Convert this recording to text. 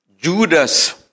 Judas